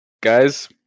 guys